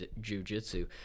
jiu-jitsu